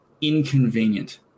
inconvenient